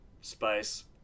space